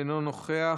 אינו נוכח,